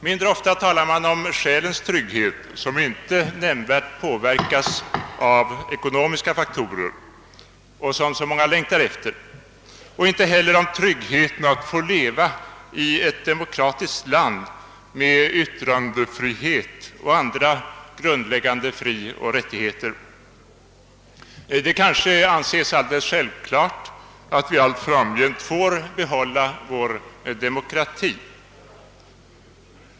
Mindre ofta talar man 'om själens trygghet, som inte nämnvärt påverkas av ekonomiska faktorer och som så många längtar efter, och inte heller om tryggheten i att få leva 1 ett demokratiskt land med yttrande :frihet och andra grundläggande frioch rättigheter. Det kanske anses alldeles självklart att vi allt framgent får be "Hålla vår demokrati.